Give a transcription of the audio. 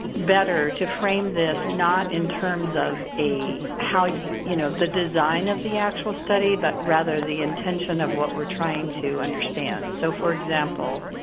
better to frame this not in terms of a yeah you know the design of the actual study but rather the intention of what we are trying to understand. so for example,